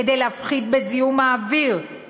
כדי להפחית את זיהום האוויר,